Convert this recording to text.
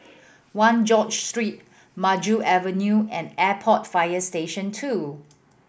One George Street Maju Avenue and Airport Fire Station Two